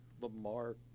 Lamar